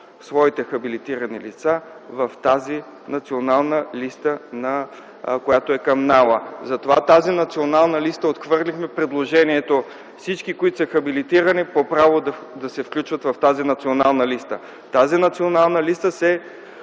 своите хабилитирани лица в тази Национална листа, която е към НАОА. Затова отхвърлихме предложението всички, които са хабилитирани по право, да се включват в тази Национална листа. Тази Национална листа се